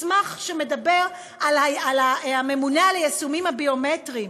שמדבר על הממונה על היישומים הביומטריים,